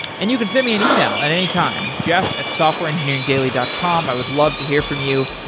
and you can send me an email at any time, jeff at softwareengineeringdaily dot com. i would love to hear from you.